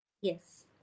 yes